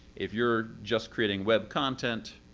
if you're just creating web content,